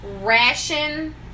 ration